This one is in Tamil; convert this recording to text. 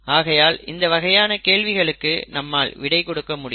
ஆகையால் இந்த வகையான கேள்விகளுக்கு நம்மால் விடை கொடுக்க முடியும்